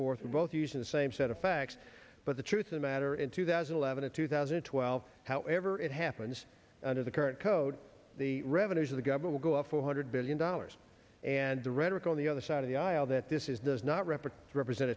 forth and both using the same set of facts but the truth of matter in two thousand and eleven and two thousand and twelve however it happens under the current code the revenues of the governor will go up four hundred billion dollars and the rhetoric on the other side of the aisle that this is does not represent represent